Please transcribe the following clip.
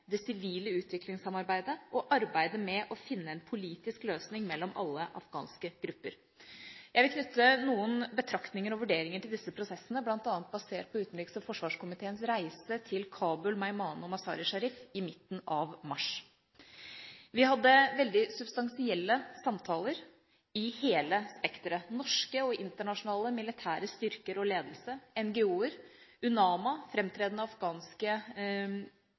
det sivile utviklingssamarbeidet og arbeidet med å finne en politisk løsning mellom alle afghanske grupper. Jeg vil knytte noen betraktninger og vurderinger til disse prosessene, bl.a. basert på utenriks- og forsvarskomiteens reise til Kabul, Meymaneh og Mazar-e-Sharif i midten av mars. Vi hadde veldig substansielle samtaler i hele spekteret, med norske og internasjonale militære styrker og ledelse, NGO-er, UNAMA, framtredende afghanske